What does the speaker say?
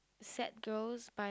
sad girls by